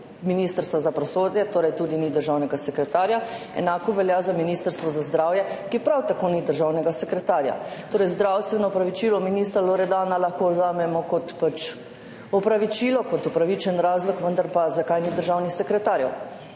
Ministrstva za pravosodje, torej tudi ni državnega sekretarja, enako velja za Ministrstvo za zdravje, od koder prav tako ni državnega sekretarja. Torej zdravstveno opravičilo ministra Loredana lahko vzamemo kot opravičilo, kot upravičen razlog, vendar pa – zakaj ni državnih sekretarjev?